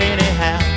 Anyhow